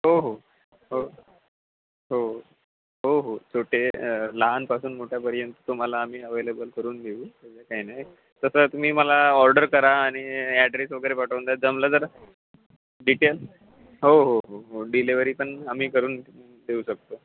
हो हो हो हो हो हो छोटे लहानपासून मोठ्यापर्यंत तुम्हाला आम्ही अव्हेलेबल करून देऊ तसं काय नाही तसं तुम्ही मला ऑर्डर करा आणि ॲड्रेस वगैरे पाठवून द्या जमलं तर डिटेल हो हो हो हो डिलेव्हरी पण आम्ही करून देऊ शकतो